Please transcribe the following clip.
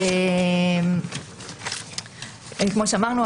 כמו שאמרנו,